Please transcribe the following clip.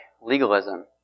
legalism